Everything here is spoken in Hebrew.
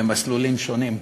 למסלולים שונים.